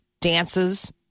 dances